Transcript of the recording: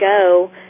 go